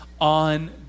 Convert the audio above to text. on